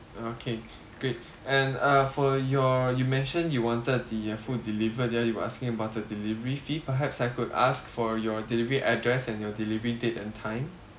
okay great and uh for your you mentioned you wanted the uh food delivered ya you were asking about the delivery fee perhaps I could ask for your delivery address and your delivery date and time